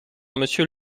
monsieur